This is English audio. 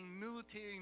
military